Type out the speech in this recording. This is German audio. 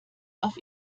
auf